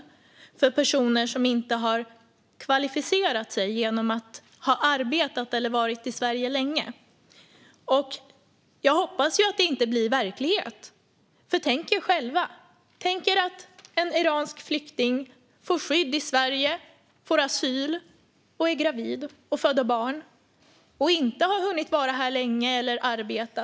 Detta gäller personer som inte har kvalificerat sig genom att ha arbetat eller varit i Sverige länge. Jag hoppas att detta inte blir verklighet. Tänk er själva: En iransk flykting som får skydd i Sverige och får asyl är gravid och föder barn men har inte hunnit vara här länge eller arbeta.